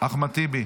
אחמד טיבי,